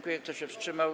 Kto się wstrzymał?